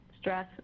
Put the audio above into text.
stress